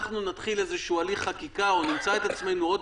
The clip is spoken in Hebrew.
נתחיל איזשהו הליך חקיקה או נמצא את עצמנו עוד